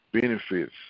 Benefits